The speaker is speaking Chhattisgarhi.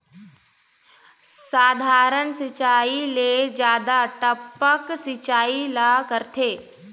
साधारण सिचायी ले जादा टपक सिचायी ला करथे